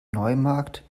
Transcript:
neumarkt